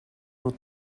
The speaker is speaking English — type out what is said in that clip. will